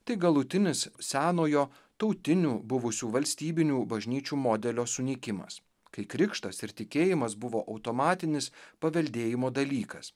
tai galutinis senojo tautinių buvusių valstybinių bažnyčių modelio sunykimas kai krikštas ir tikėjimas buvo automatinis paveldėjimo dalykas